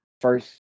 first